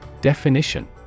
Definition